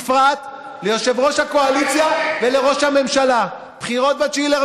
בפרט ליושב-ראש הקואליציה ולראש הממשלה: בחירות ב-9 באפריל,